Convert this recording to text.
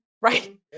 right